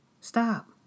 Stop